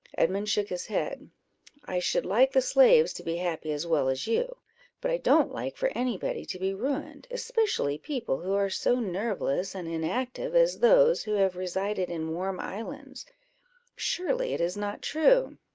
edmund shook his head i should like the slaves to be happy as well as you but i don't like for any body to be ruined, especially people who are so nerveless and inactive as those who have resided in warm islands surely it is not true?